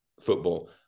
football